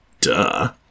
Duh